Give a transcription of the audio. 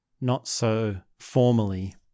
not-so-formally